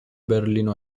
berlino